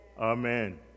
Amen